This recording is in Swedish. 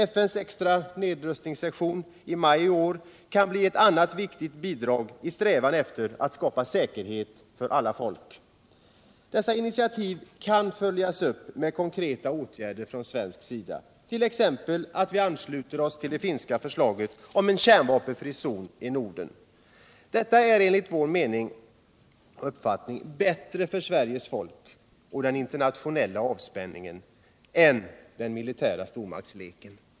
FN:s extra nedrustningssession i maj i år kan bli ett annat viktigt bidrag i strävan efter att skapa säkerhet för alla folk. Dessa initiativ kan följas upp med konkreta åtgärder från svensk sida, t.ex. att vi ansluter oss till det finska förslaget om en kärnvapenfri zon i Norden. Detta är enligt vår uppfattning bättre för Sveriges folk och den internationella avspänningen än den militära stormaktsleken.